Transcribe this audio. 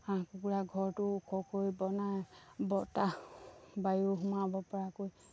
হাঁহ কুকুৰা ঘৰটো ওখকৈ বনাই বতাহ বায়ু সোমাব পৰাকৈ